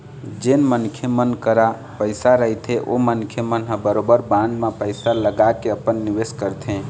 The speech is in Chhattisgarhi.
जेन मनखे मन करा पइसा रहिथे ओ मनखे मन ह बरोबर बांड म पइसा लगाके अपन निवेस करथे